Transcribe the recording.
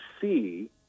see